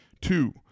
Two